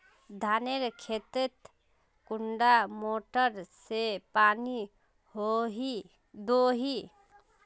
धानेर खेतोत कुंडा मोटर दे पानी दोही?